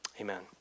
Amen